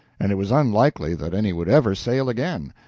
and it was unlikely that any would ever sail again,